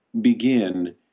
begin